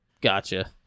Gotcha